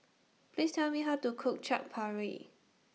Please Tell Me How to Cook Chaat Papri